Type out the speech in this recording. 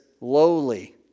lowly